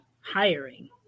hiring